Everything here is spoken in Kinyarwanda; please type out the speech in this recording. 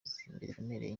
ziremereye